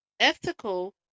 ethical